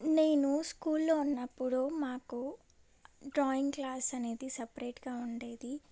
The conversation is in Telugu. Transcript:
నేను స్కూల్లో ఉన్నప్పుడు మాకు డ్రాయింగ్ క్లాస్ అనేది సపరేట్గా ఉండేది